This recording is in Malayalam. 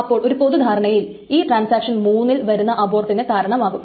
അപ്പോൾ ഒരു പൊതു ധാരണയിൽ ഇത് ട്രാൻസാക്ഷൻ 3 യിൽ വരുന്ന അബോർട്ടിന് കാരണമാകും